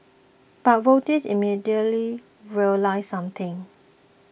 but voters immediately realised something